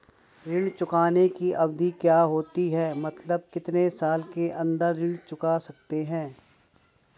ऋण चुकाने की अवधि क्या होती है मतलब कितने साल के अंदर ऋण चुका सकते हैं?